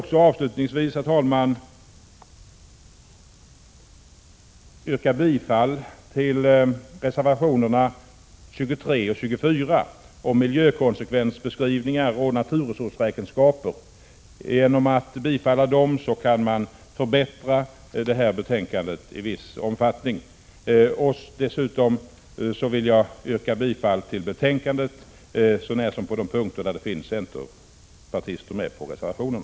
Jag vill avslutningsvis yrka bifall till reservationerna 23 och 24 om miljökonsekvensbeskrivningar och naturresursräkenskaper. Genom att bifalla dem kan man förbättra detta betänkande i viss omfattning. Dessutom vill jag yrka bifall till hemställan i betänkandet så när som på de punkter där centerpartiet har medverkat till reservationer.